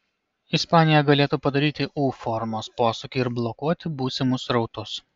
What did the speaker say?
ispanija galėtų padaryti u formos posūkį ir blokuoti būsimus srautus